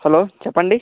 hello చెప్పండి